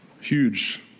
huge